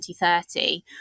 2030